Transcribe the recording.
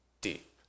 deep